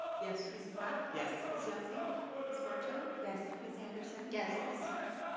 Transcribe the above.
yes. ms. black? yes. ms. yelsey? yes. ms. barto? yes. ms. anderson? yes. ms. snell?